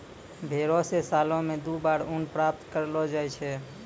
भेड़ो से सालो मे दु बार ऊन प्राप्त करलो जाय छै